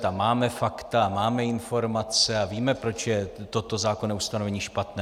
A máme fakta a máme informace a víme, proč je toto zákonné ustanovení špatné.